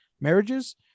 marriages